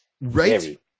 Right